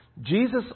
Jesus